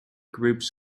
groups